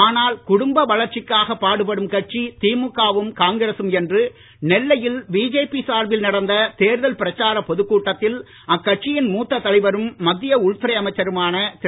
ஆனால்குடும்பவளர்ச்சிக்காகபாடுபடும்கட்சிதிமுகவும் காங்கிரசும்என்றுநெல்லையில்பிஜேபிசார்பில்நடந்ததேர்தல்பிரச்சாரப் பொதுக்கூட்டத்தில்அக்கட்சியின்மூத்ததலைவரும்மத்தியஉள்துறைஅமை ச்சருமானதிரு